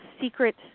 secret